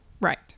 right